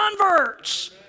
converts